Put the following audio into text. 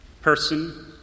person